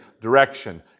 direction